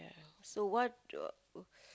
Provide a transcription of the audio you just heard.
yeah so what uh